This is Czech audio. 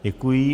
Děkuji.